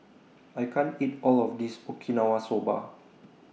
I can't eat All of This Okinawa Soba